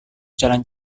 jalan